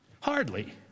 Hardly